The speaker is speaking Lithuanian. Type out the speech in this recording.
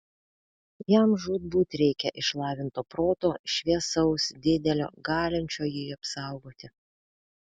jam žūtbūt reikia išlavinto proto šviesaus didelio galinčio jį apsaugoti